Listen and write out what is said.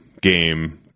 game